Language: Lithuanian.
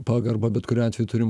pagarbą bet kuriuo atveju turim